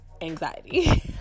anxiety